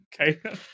Okay